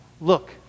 look